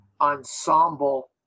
ensemble